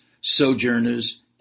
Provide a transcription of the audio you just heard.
sojourners